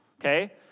okay